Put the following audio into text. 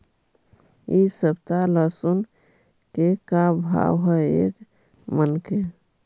इ सप्ताह लहसुन के का भाव है एक मन के?